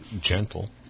gentle